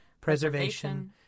preservation